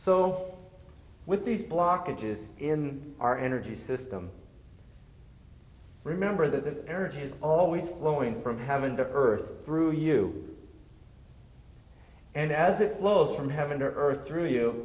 so with these blockages in our energy system remember that the energy is always flowing from heaven to earth through you and as it flows from heaven to earth through you